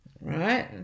right